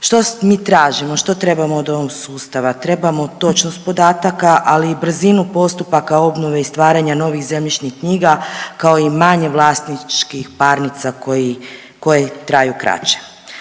Što mi tražimo? Što trebamo od ovog sustava? Trebamo točnost podataka, ali i brzinu postupaka obnove i stvaranja novih zemljišnih knjiga kao i manje vlasničkih parnica koji, koje traju kraće.